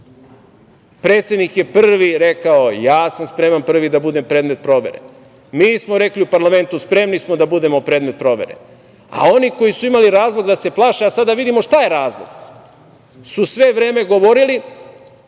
nešto. Predsednik je prvi rekao, ja sam spreman da budem prvi predmet provere. Mi smo rekli u parlamentu, spremni smo da budemo predmet provere. Oni koji su imali razlog da se plaše, a sada da vidimo šta je razlog, su sve vreme govorili